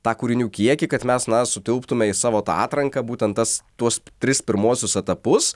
tą kūrinių kiekį kad mes na sutilptume į savo tą atranką būtent tas tuos tris pirmuosius etapus